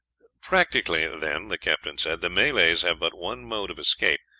practically, then, the captain said, the malays have but one mode of escape,